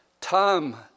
Tom